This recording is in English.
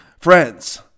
friends